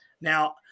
Now